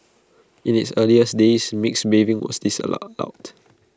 in its earlier days mixed bathing was disallow loud